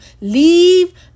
leave